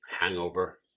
hangover